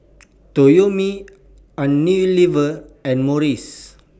Toyomi Unilever and Morries